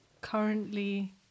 currently